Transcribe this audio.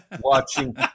watching